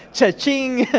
cha-ching.